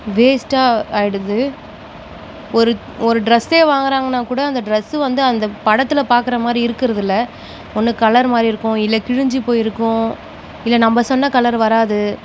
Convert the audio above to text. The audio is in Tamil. வேஸ்ட்டாக ஆயிடுது ஒரு ஒரு டிரெஸ்ஸே வாங்குறாங்கன்னா கூட அந்த டிரெஸ் வந்து அந்த படத்தில் பார்க்குற மாதிரி இருக்கிறதுல்ல ஒன்று கலர் மாறியிருக்கும் இல்லை கிழிஞ்சு போயிருக்கும் இல்லை நம்ம சொன்ன கலரு வராது